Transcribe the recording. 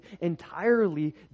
entirely